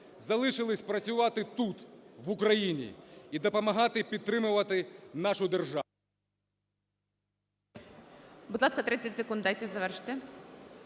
залишились працювати тут, в Україні і допомагати підтримувати нашу державу.